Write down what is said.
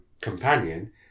companion